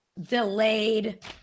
delayed